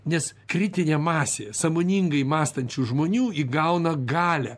nes kritinė masė sąmoningai mąstančių žmonių įgauna galią